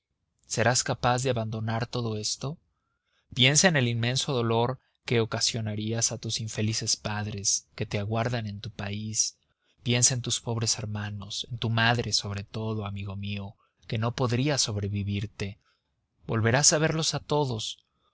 serás capaz de abandonar todo esto piensa en el inmenso dolor que ocasionarías a tus infelices padres que te aguardan en tu país piensa en tus pobres hermanos en tu madre sobre todo amigo mío que no podría sobrevivirte volverás a verlos a todos